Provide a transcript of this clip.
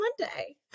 Monday